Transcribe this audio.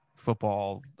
football